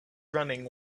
running